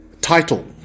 title